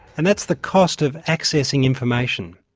and that's the cost of accessing information.